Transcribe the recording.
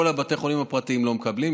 שכל בתי החולים הפרטיים לא מקבלים.